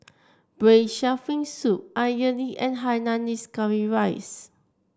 Braised Shark Fin Soup idly and Hainanese Curry Rice